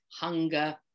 hunger